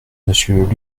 monsieur